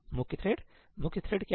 मुख्य थ्रेड मुख्य थ्रेड क्या है